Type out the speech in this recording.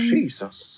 Jesus